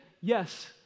yes